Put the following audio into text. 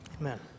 Amen